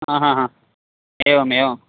हा हा हा एवमेवं